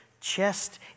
chest